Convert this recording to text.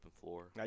floor